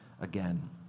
again